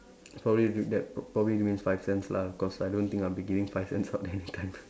he's probably doing that pr~ probably giving me five cents lah cause I don't think I'll be getting five cents any time